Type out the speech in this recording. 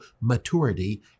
maturity